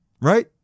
right